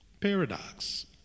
Paradox